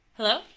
Hello